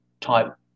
type